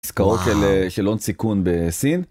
עסקאות של הון סיכון בסין